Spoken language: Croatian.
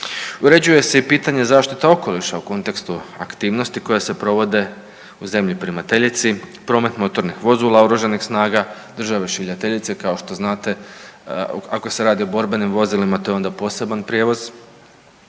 Uređuje se i pitanja zaštite okoliša u kontekstu aktivnosti koje se provode u zemlji primateljici, promet motornih vozila, OS-a države šaljiteljice, kao što znate, ako se radi o borbenim vozilima, to je onda poseban prijevoz,